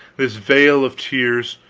this vale of tears,